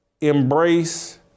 embrace